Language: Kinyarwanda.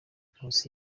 nkusi